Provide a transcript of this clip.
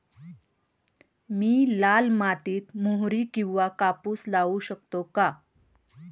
मी लाल मातीत मोहरी किंवा कापूस लावू शकतो का?